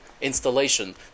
installation